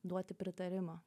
duoti pritarimą